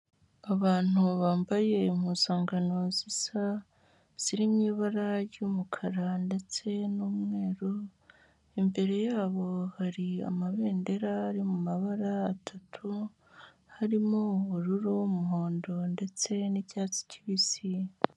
Abantu bambaye impuzanganoo zisa ziri mu ibara ry'umukara ndetse n'umweru, imbere yabo hari amabendera ari mu mabara atatu, harimo ubururu n'umuhondo ndetse n'icyatsi kibisi.